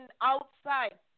outside